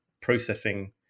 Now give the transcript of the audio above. processing